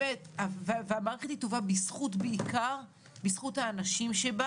המערכת היא טובה בזכות בעיקר האנשים שבה